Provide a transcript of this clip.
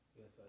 Yes